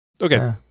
Okay